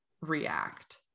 react